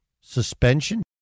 suspension